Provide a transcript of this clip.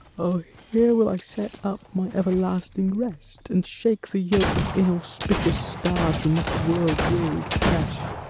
o, here will i set up my everlasting rest and shake the yoke of inauspicious stars from this world-wearied flesh